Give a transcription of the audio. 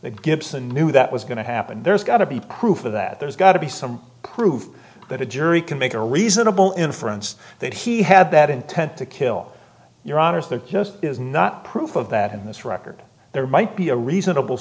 that gibson knew that was going to happen there's got to be proof of that there's got to be some proof that a jury can make a reasonable inference that he had that intent to kill your honour's there just is not proof of that in this record there might be a reasonable